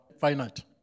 Finite